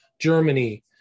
Germany